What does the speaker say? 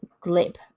glib